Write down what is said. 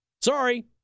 Sorry